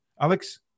Alex